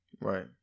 right